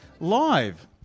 live